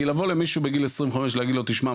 כי לבוא למישהו בגיל עשרים וחמש להגיד לו תשמע,